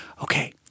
okay